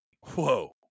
whoa